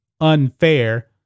unfair